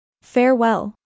Farewell